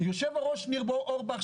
יושב-הראש ניר אורבך,